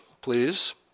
please